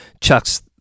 Chuck's